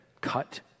cut